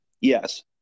Yes